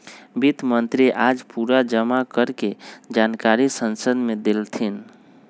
वित्त मंत्री आज पूरा जमा कर के जानकारी संसद मे देलथिन